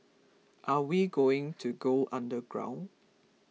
are we going to go underground